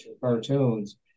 cartoons